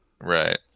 right